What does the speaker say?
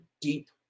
deep